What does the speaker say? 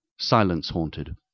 silence-haunted